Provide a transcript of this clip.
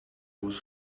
was